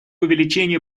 увеличению